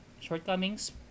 shortcomings